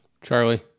Charlie